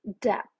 depth